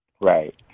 right